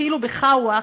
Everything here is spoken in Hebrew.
כאילו "בחאווה",